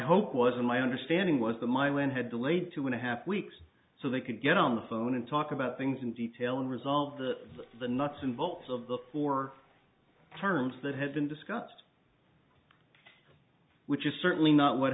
hope was and my understanding was that milan had delayed two and a half weeks so they could get on the phone and talk about things in detail and resolve the nuts and bolts of the four terms that had been discussed which is certainly not what